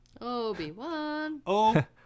Obi-Wan